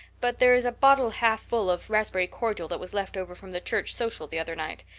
but there's a bottle half full of raspberry cordial that was left over from the church social the other night.